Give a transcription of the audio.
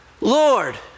Lord